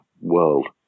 world